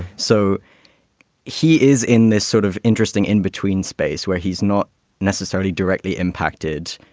so he is in this sort of interesting in-between space where he's not necessarily directly impacted,